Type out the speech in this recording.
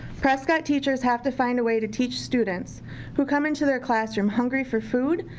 prescott teachers have to find a way to teach students who come into their classroom, hungry for food,